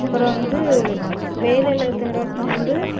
அப்புறம் வந்து வேலையில்லா திண்டாட்டம் வந்து